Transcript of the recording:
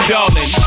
Darling